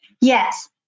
Yes